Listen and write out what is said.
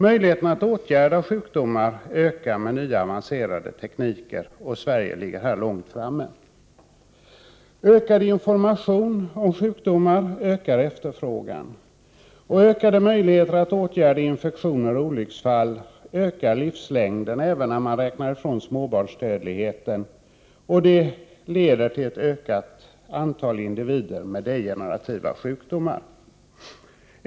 Möjligheterna att åtgärda sjukdomar ökar med nya avancerade tekniker, och Sverige ligger härvidlag långt framme. Ökad information om sjukdomar ökar efterfrågan. Ökade möjligheter att åtgärda infektioner och olycksfall ökar livslängden — även när småbarnsdödligheten är frånräknad. Allt detta leder till att det blir ett ökat antal individer med degenerativa sjukdomar.